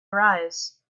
arise